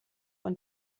und